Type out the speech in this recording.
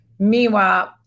Meanwhile